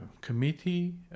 committee